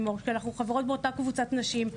כי אנחנו חברות באותה קבוצת נשים,